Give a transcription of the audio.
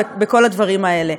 ובכל הדברים האלה.